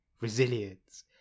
Resilience